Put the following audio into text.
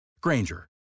Granger